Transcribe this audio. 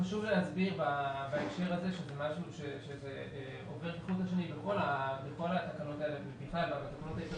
חשוב להסביר שזה משהו שעובר כחוט השני בכל התקנות האלה ובכלל בתקנות.